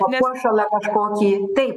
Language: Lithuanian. papuošalą kažkokį taip